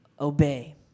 obey